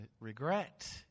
regret